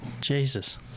jesus